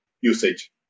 usage